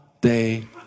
day